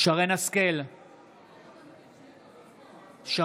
שרן מרים השכל,